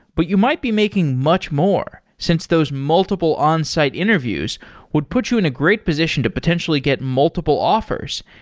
but you might be making much more, since those multiple on-site interviews would put you in a great position to potentially get multiple offers.